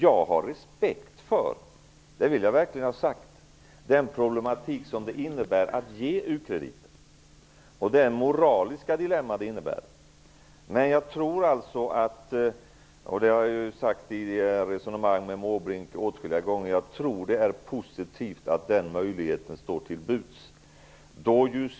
Jag har respekt för den problematik och det moraliska dilemma det innebär att ge u-krediter. Jag har i resonemang med Måbrink åtskilliga gånger sagt att jag tror att det är positivt att den möjligheten står till buds.